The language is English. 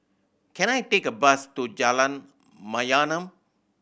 can I take a bus to Jalan Mayaanam